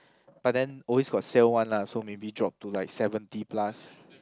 but then always got sale one lah so maybe drop to like seventy plus